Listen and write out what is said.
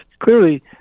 Clearly